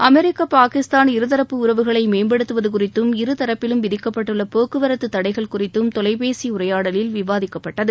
அமெரிக்க பாகிஸ்தான் இரு தரப்பு உறுவுகளை மேம்படுத்துவது குறித்தும் இரு தரப்பிலும் விதிக்கப்பட்டுள்ள போக்குவரத்து தடைகள் குறித்தும் தொலைபேசி உரையாடலில் விவாதிக்கப்பட்டது